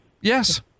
yes